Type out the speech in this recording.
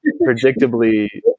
predictably